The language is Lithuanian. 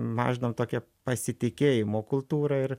mažinam tokią pasitikėjimo kultūrą ir